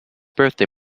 birthday